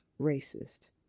racist